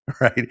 right